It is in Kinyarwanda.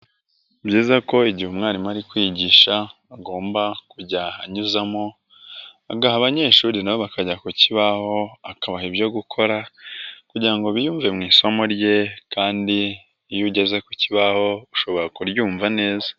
Ni byiza ko igihe umwarimu ari kwigisha agomba kujya anyuzamo agaha abanyeshuri nabo bakajya ku kibaho akabaha ibyo gukora kugira ngo biyumve mu isomo rye kandi iyo ugeze ku kibaho ushobora kuryumva neza.